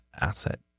asset